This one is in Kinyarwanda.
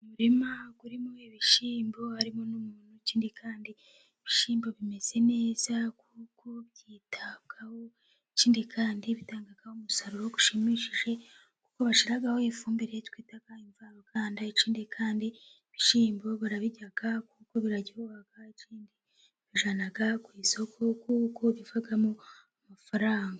Umurima urimo ibishyimbo harimo n'umuntu, ikindi kandi ibishyimbo bimeze neza kuko byitabwaho, ikindi kandi bitanga umusaruro ushimishije kuko bashyiraho ifumbire twita imvaruganda, ikindi kandi ibishyimbo barabirya kuko biraryoha, ikindi babijyana ku isoko kuko bivamo amafaranga.